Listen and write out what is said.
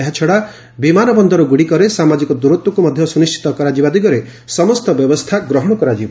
ଏହାଛଡ଼ା ବିମାନ ବନ୍ଦରଗୁଡ଼ିକରେ ସାମାଜିକ ଦୂରତ୍ୱକୁ ମଧ୍ୟ ସୁନିଶ୍ଚିତ କରାଯିବା ଦିଗରେ ସମସ୍ତ ବ୍ୟବସ୍ଥା ଗ୍ରହଣ କରାଯିବ